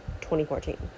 2014